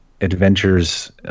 adventures